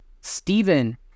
Stephen